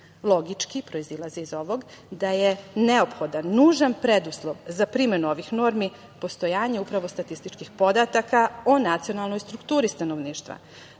službi. Logički proizilazi iz ovog da je neophodan, nužan preduslov za primenu ovih normi postojanje upravo statističkih podataka o nacionalnoj strukturi stanovništva